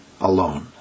alone